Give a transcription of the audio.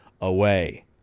away